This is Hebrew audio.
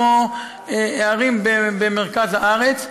כמו הערים במרכז הארץ,